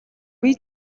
бие